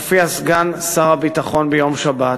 מופיע סגן שר הביטחון בשבת,